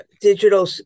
digital